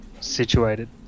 situated